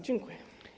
Dziękuję.